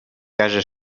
casa